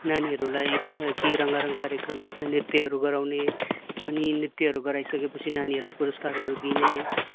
नानीहरूलाई केही रङ्गारङ कार्यक्रम नृत्यहरू गराउने अनि नृत्यहरू गराइसकेपछि नानीहरूलाई पुरस्कारहरू दिने